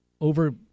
over